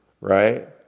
right